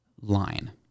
line